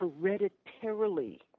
hereditarily